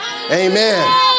Amen